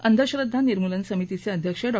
अंधश्रद्वा निमूर्लन समितीचे अध्यक्ष डॉ